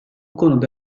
konuda